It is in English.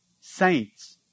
saints